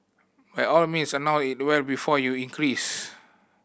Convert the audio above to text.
by all means announce it well before you increase